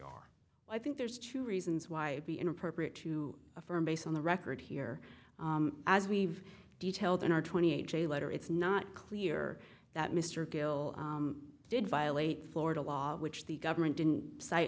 are i think there's two reasons why be inappropriate to affirm based on the record here as we've detailed in our twenty eight day letter it's not clear that mr gill did violate florida law which the government didn't cite